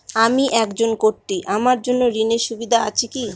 আমি একজন কট্টি আমার জন্য ঋণের সুবিধা আছে কি?